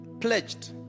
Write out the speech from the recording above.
pledged